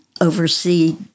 oversee